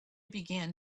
began